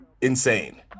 insane